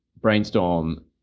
brainstorm